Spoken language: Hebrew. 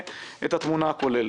אתמול.